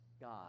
God